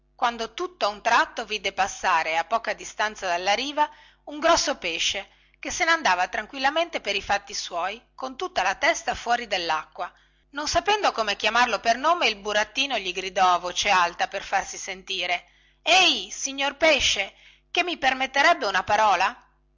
quando tutta un tratto vide passare a poca distanza dalla riva un grosso pesce che se ne andava tranquillamente per i fatti suoi con tutta la testa fuori dellacqua non sapendo come chiamarlo per nome il burattino gli gridò a voce alta per farsi sentire ehi signor pesce che mi permetterebbe una parola